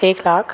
एक लाख